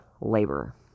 labor